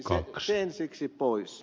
se ensiksi pois